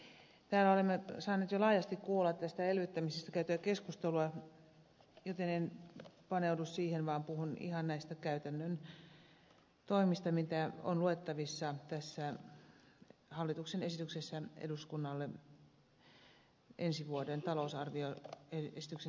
täällä olemme saaneet jo laajasti kuulla tästä elvyttämisestä käytyä keskustelua joten en paneudu siihen vaan puhun ihan näistä käytännön toimista joita on luettavassa tästä hallituksen esityksestä eduskunnalle ensi vuoden talousarvioesityksen täydentämi sestä